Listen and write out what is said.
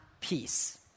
peace